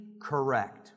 correct